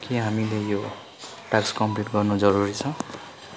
के हामीले यो टास्क कम्प्लिट गर्नु जरुरी छ